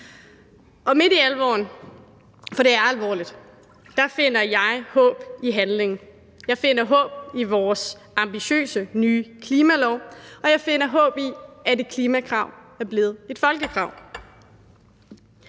Midt i al alvoren, for det er alvorligt, finder jeg håb i handling. Jeg finder håb i vores ambitiøse nye klimalov, og jeg finder håb i, at et klimakrav er blevet et folkekrav.